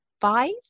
five